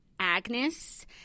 agnes